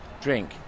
drink